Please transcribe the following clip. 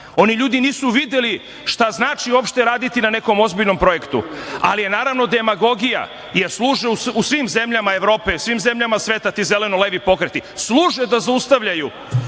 ljudi nisu videli šta znači uopšte raditi na nekom ozbiljnom projektu, ali je demagogija, jer služe u svim zemljama Evrope, svim zemljama sveta ti Zeleno-levi pokreti. Služe da zaustavljaju